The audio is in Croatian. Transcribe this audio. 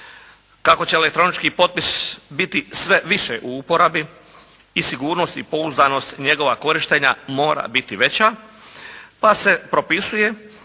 Kako će elektronički potpis biti sve više u uporabi i sigurnost i pouzdanost njegova korištenja mora biti veća pa se propisuje